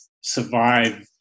survive